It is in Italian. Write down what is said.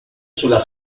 sulla